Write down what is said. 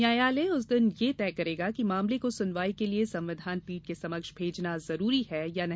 न्यायालय उस दिन यह तय करेगा कि मामले को सुनवाई के लिए संविधान पीठ के समक्ष भेजना जरूरी है या नहीं